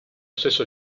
stesso